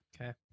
Okay